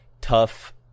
tough